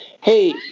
Hey